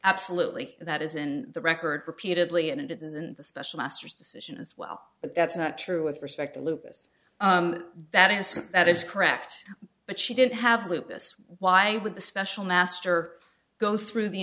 absolutely that is in the record repeatedly and it is in the special masters decision as well but that's not true with respect to lupus that has that is correct but she didn't have lupus why would the special master go through the